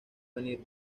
venir